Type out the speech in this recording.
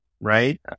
right